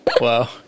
Wow